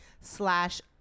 slash